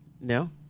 No